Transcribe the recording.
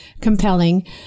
compelling